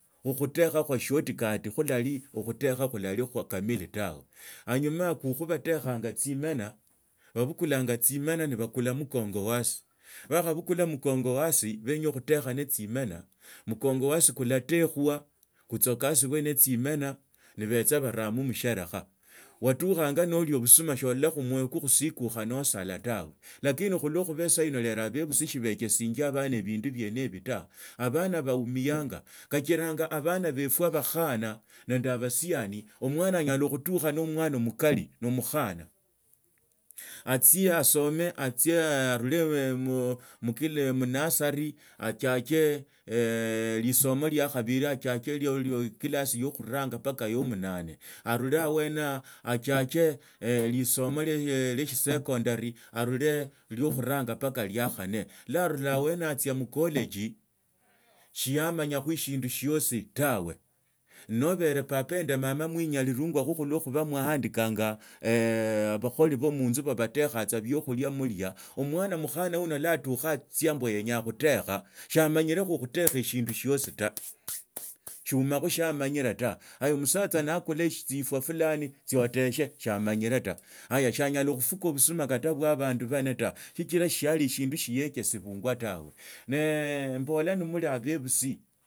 Okhutekha kwa short cut khurali okhutekha kamili tawe anyuma yaho kukhu batakhanga tsimena babukulanga tsimena nebabukula mgongo wazi bakhabukula mugongo wazi beenya khuteekha na tsimena mgongo wazi kulatekhwa kutsokasibwe ne tsimena nibetsa baramo musherekha walukhange nolia nobusuma sololakho omwoyo kukhusiekukhaa nosala tawe lakini khulusa sahino helo abebusi sibaechesianga abana ebindu biene bibi ta abana basmianga kachiranga abana befwe abakhana nende abasiani omwana anyala khustuka omwana omukali na omukhana otsie osome oruree munursery achichia lisomo liakhabili achiake ebilesi yo khurenga mbaka ya munane amale abwene yatsie asome eshisoma shia sekondari arule liokhuranga mbaka liakhane lwa aruraa laa aruraa abwene yakho atsitsa mucollege shiamanyakho eshindu shiosi tawe noheli papa nende mama mnyarirangwa khokhulwa khube mwabandikanga abakholi ba munzu ba batekhanga ebiokhulia mulia omusana omukhana lwa atukhanga atsia mbu yenya okhutekha shiamanyirekho okhutekha eshindu shiosi ta shiumakho shiamanjirekho ta omusatsa naakula tsifwa fulani tsia ateshe shiamanyire tawe haya shinyala khufuka busuma kata bwa abandu banne tawe sichira shi siali siechesibwa tawe.